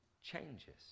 changes